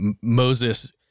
Moses